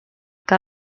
que